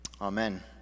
Amen